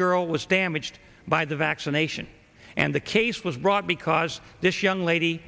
girl was damaged by the vaccination and the case was brought because this young lady